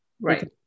Right